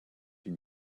you